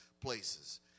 places